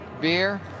beer